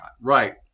Right